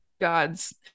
gods